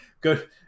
Good